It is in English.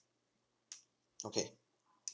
okay